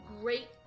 great